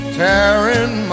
Tearing